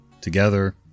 together